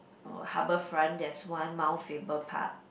or Harbourfront there's one Mount-Faber park